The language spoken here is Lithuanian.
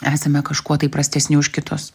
esame kažkuo tai prastesni už kitus